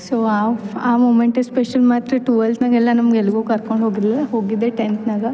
so of ಆ ಮೂಮೆಂಟೇ special ಮಾತ್ರ ಟ್ವೆಲ್ತ್ನಾಗೆಲ್ಲ ನಮ್ಗೆ ಎಲ್ಗೂ ಕರ್ಕೊಂಡು ಹೋಗಿರಲಿಲ್ಲ ಹೋಗಿದ್ದೆ ಟೆಂತ್ನಾಗ